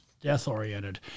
death-oriented